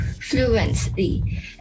fluently